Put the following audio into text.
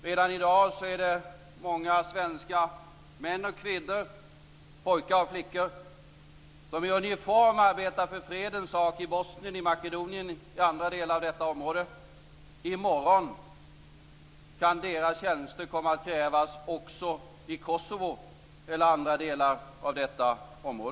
Redan i dag är det många svenska män och kvinnor, pojkar och flickor som i uniform arbetar för fredens sak i Bosnien, i Makedonien och i andra delar av detta område. I morgon kan deras tjänster komma att krävas också i Kosovo eller i andra delar av detta område.